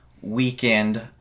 weekend